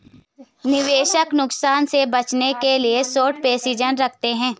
निवेशक नुकसान से बचने के लिए शार्ट पोजीशन रखते है